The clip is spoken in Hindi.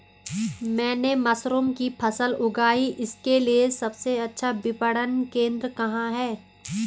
मैंने मशरूम की फसल उगाई इसके लिये सबसे अच्छा विपणन केंद्र कहाँ है?